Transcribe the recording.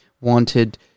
wanted